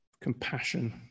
compassion